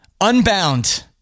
Unbound